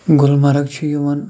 گُلمرگ چھِ یِوان